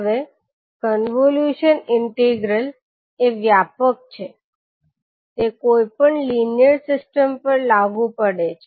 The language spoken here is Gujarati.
હવે કન્વોલ્યુશન ઇન્ટિગ્રલએ વ્યાપક છે તે કોઈપણ લિનિયર સિસ્ટમ પર લાગુ પડે છે